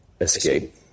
escape